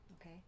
Okay